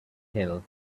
hill